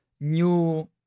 new